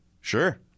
Sure